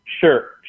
sure